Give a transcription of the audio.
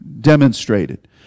demonstrated